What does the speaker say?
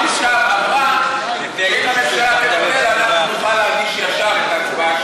אמרה שאם הממשלה תבטל אנחנו נוכל להגיש ישר הצבעה שמית.